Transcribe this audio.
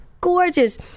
gorgeous